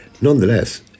nonetheless